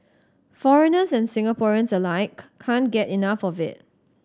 foreigners and Singaporeans alike can't get enough of it